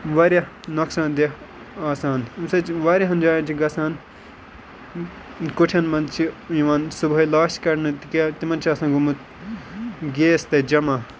واریاہ نۄقصاندہ آسان امہِ سۭتۍ چھ واریَہَن جایَن چھِ گَژھان کُٹھٮ۪ن مَنٛز چھِ یِوان صُبحٲے لاشہِ کَڑنہٕ تِکیاہ تِمَن چھُ آسان گوٚمُت گیس تَتہِ جَمَع